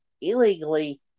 illegally